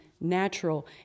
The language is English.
natural